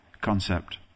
concept